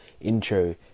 intro